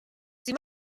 sie